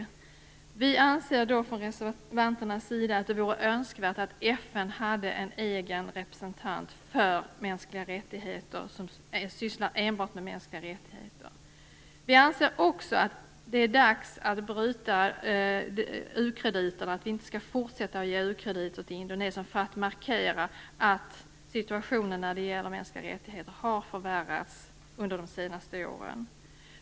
Vi reservanter anser att det vore önskvärt att FN hade en egen representant för mänskliga rättigheter som sysslade enbart med detta. Vi anser också att det är dags att bryta u-krediterna. Sverige skall sluta ge u-krediter till Indonesien för att markera att situationen för de mänskliga rättigheterna har förvärrats under de senaste åren.